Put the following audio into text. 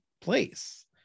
place